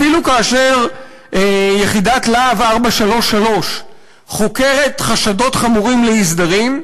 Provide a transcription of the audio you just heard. אפילו כאשר יחידת "להב 433" חוקרת חשדות חמורים לאי-סדרים,